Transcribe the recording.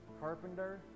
carpenter